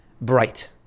bright